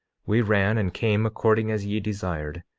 we ran and came according as ye desired,